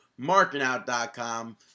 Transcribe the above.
MarkingOut.com